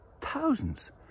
thousands